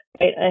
Right